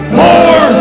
more